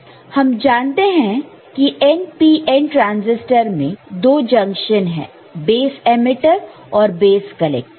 हम जानते हैं कि npn ट्रांसिस्टर में दो जंक्शन है बेस एमीटर और बेस कलेक्टर